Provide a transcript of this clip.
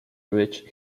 reached